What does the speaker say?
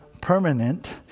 permanent